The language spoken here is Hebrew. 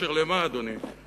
בקשר למה, אדוני?